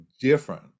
different